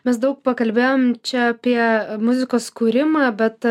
mes daug pakalbėjom čia apie muzikos kūrimą bet